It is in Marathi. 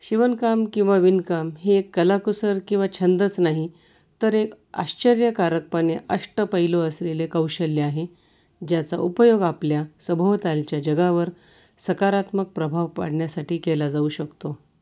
शिवणकाम किंवा विणकाम हे एक कलाकुसर किंवा छंदच नाही तर एक आश्चर्यकारकपणे अष्टपैलू असलेले कौशल्य आहे ज्याचा उपयोग आपल्या सभोवतालच्या जगावर सकारात्मक प्रभाव पाडण्यासाठी केला जाऊ शकतो